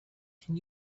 can